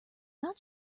not